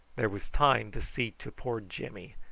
there was time to see to poor jimmy,